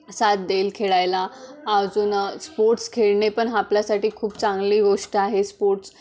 साथ देईल खेळायला अजून स्पोर्ट्स खेळणे पण ह आपल्यासाठी खूप चांगली गोष्ट आहे स्पोर्ट्स